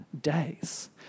days